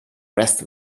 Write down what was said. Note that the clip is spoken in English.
rest